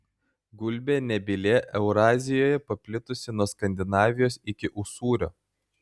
gulbė nebylė eurazijoje paplitusi nuo skandinavijos iki usūrio